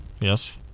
yes